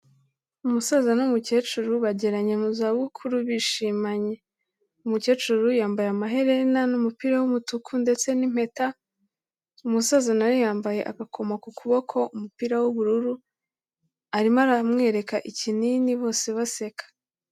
Umusaza n'umukecuru bageranye mu zabukuru bishimanye, umukecuru yambaye amaherena n'umupira w'umutuku ndetse n'impeta, umusaza na we yambaye agakomo ku kuboko, umupira w'ubururu, arimo aramwereka ikinini bose baseka.